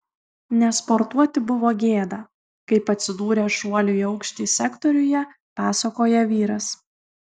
nesportuoti buvo gėda kaip atsidūrė šuolių į aukštį sektoriuje pasakoja vyras